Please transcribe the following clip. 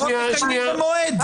בחירות מקיימים במועד.